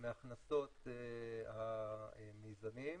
מהכנסות המיזמים,